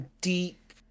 deep